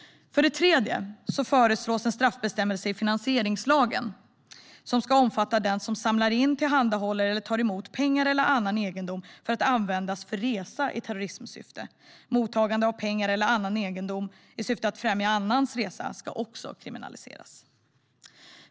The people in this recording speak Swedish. För det tredje föreslås en ny straffbestämmelse i finansieringslagen som ska omfatta den som samlar in, tillhandahåller eller tar emot pengar eller annan egendom för att användas för resa i terrorismsyfte. Mottagande av pengar eller annan egendom i syfte att främja annans resa ska också kriminaliseras.